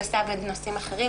כפי שהיא עשתה בנושאים אחרים,